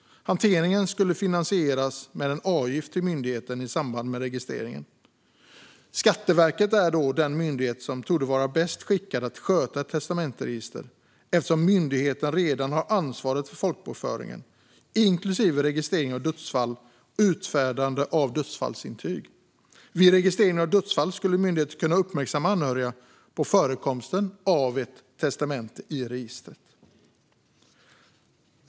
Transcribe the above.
Hanteringen skulle finansieras med en avgift till myndigheten i samband med registreringen. Skatteverket är den myndighet som torde vara bäst skickad att sköta ett testamentsregister, eftersom myndigheten redan har ansvaret för folkbokföringen, inklusive registrering av dödsfall och utfärdande av dödsfallsintyg. Vid registrering av dödsfall skulle myndigheten kunna uppmärksamma anhöriga på förekomsten av ett testamente i registret.